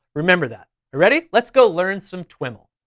remember that. you're ready? let's go learn some twiml.